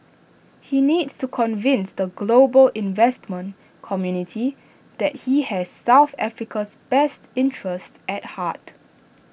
he needs to convince the global investment community that he has south Africa's best interests at heart